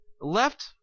left